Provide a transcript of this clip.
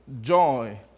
joy